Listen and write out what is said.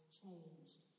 changed